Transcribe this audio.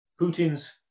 putin's